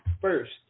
first